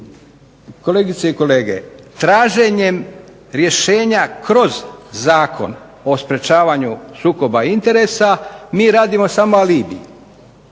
kolegice i kolege traženjem rješenja kroz Zakon o sprečavanju sukoba interesa mi radimo samo alibi.